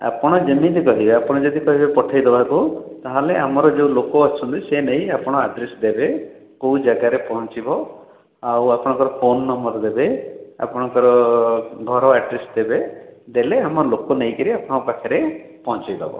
ଆପଣ ଯେମିତି କହିବେ ଆପଣ ଯଦି କହିବେ ପଠେଇ ଦବାକୁ ତାହାଲେ ଆମର ଯେଉଁ ଲୋକ ଅଛନ୍ତି ସିଏ ନେଇ ଆପଣଙ୍କ ଆଡ୍ରେସ ଦେବେ କୋଉ ଜାଗାରେ ପହଞ୍ଚିବ ଆଉ ଆପଣଙ୍କର ଫୋନ ନମ୍ବର ଦେବେ ଆପଣଙ୍କର ଘର ଆଡ୍ରେସ ଦେବେ ଦେଲେ ଆମ ଲୋକ ନେଇକିରି ଆପଣଙ୍କ ପାଖରେ ପହଞ୍ଚେଇ ଦେବ